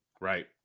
right